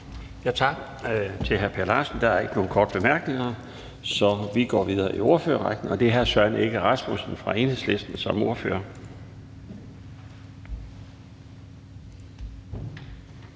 Tak til hr. Per Larsen. Der er ingen korte bemærkninger. Så vi går videre i ordførerrækken til hr. Søren Egge Rasmussen. Kl. 15:58 (Ordfører)